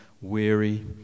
weary